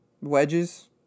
wedges